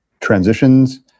transitions